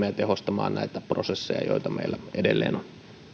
ja tehostamaan näitä prosesseja joita meillä edelleen on